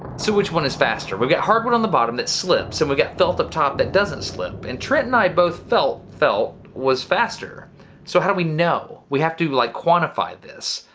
so which one is faster we've got hardwood on the bottom that slips and we got filth up top that doesn't slip and trent and i both felt felt was faster so how do we know we have to like quantify this?